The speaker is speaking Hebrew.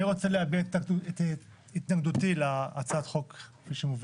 אני רוצה להביע את התנגדותי להצעת החוק שבפנינו.